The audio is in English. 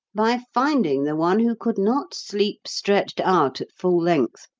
by finding the one who could not sleep stretched out at full length.